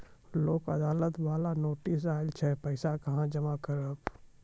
लोक अदालत बाला नोटिस आयल छै पैसा कहां जमा करबऽ?